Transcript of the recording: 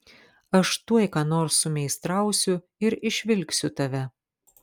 aš tuoj ką nors sumeistrausiu ir išvilksiu tave